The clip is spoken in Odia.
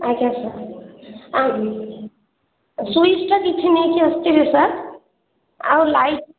ଆଜ୍ଞା ସାର୍ ସୁଇଚ୍ଟା କିଛି ନେଇକି ଆସିଥିବେ ସାର୍ ଆଉ ଲାଇଟ୍